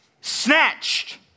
snatched